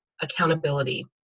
accountability